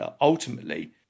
ultimately